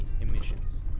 emissions